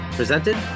presented